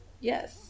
yes